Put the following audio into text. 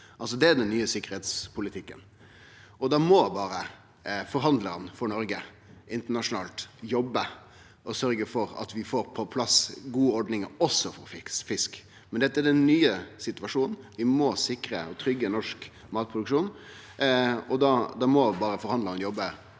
Det er den nye sikkerheitspolitikken. Og da må forhandlarane for Noreg internasjonalt jobbe og sørgje for at vi får på plass gode ordningar også for fisk. Dette er den nye situasjon en, vi må sikre og tryggje norsk matproduksjon, og da må forhandlarane jobbe